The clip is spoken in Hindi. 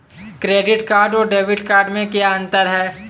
क्रेडिट कार्ड और डेबिट कार्ड में क्या अंतर है?